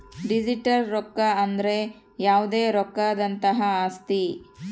digital ರೊಕ್ಕ ಅಂದ್ರ ಯಾವ್ದೇ ರೊಕ್ಕದಂತಹ ಆಸ್ತಿ